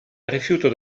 rifiuto